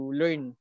learn